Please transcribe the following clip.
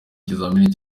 ikizamini